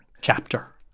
chapter